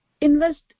invest